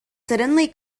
suddenly